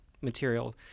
material